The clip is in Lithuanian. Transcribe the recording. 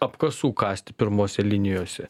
apkasų kasti pirmose linijose